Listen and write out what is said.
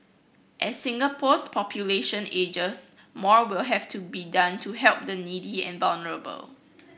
as Singapore's population ages more will have to be done to help the needy and vulnerable